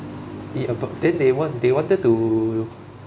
ya but then they wan~ they wanted to